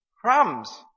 crumbs